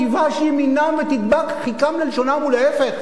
תיבש ימינם וידבק חִכם ללשונם ולהיפך,